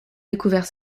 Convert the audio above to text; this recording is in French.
découvert